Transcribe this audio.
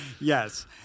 Yes